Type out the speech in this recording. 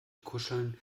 kuscheln